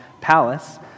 palace